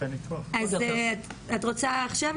שרית בן